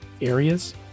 areas